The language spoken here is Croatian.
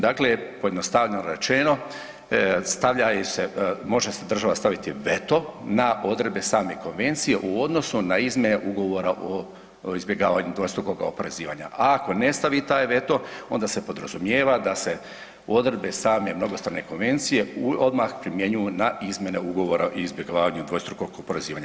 Dakle, pojednostavljeno rečeno stavljaju se, može si država staviti veto na odredbe same konvencije u odnosu na izmjene ugovora o izbjegavanju dvostrukoga oporezivanja, a ako ne stavi taj veto onda se podrazumijeva da se odredbe same mnogostrane konvencije odmah primjenjuju na izmjene ugovora o izbjegavanju dvostrukog oporezivanja.